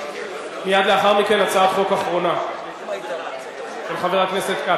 מייד לאחר מכן הצעת חוק אחרונה, של חבר הכנסת כץ.